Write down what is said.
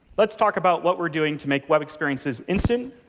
let's talk about what we're doing to make web experiences instant,